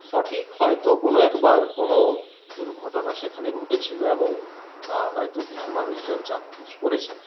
সঠিক হয়তো কোনো একবার কোনো দুর্ঘটনা সেখানে ঘটেছিল এবং তা হয়তো কিছু মানুষজন চাক্ষুষ করেছেন